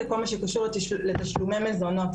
זה כל מה שקשור לתשלומי מזונות,